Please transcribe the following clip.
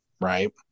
Right